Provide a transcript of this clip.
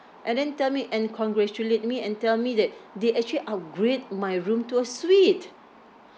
and then tell me and congratulate me and tell me that they actually upgrade my room to a suite